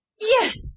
Yes